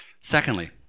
Secondly